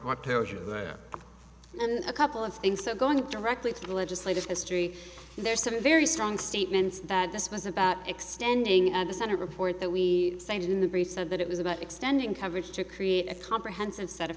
to and a couple of things so going directly to the legislative history there some very strong statements that this was about extending the senate report that we cited in the brief said that it was about extending coverage to create a comprehensive set of